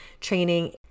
training